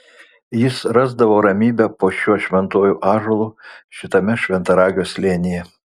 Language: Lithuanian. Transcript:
jis rasdavo ramybę po šiuo šventuoju ąžuolu šitame šventaragio slėnyje